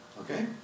Okay